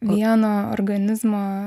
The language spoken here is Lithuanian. vieno organizmo